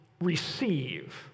receive